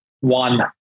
One